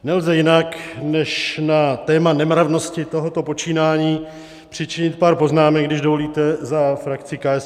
Nelze jinak, než na téma nemravnosti tohoto počínání přičinit pár poznámek, když dovolíte, za frakci KSČM.